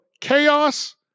chaos